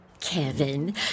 Kevin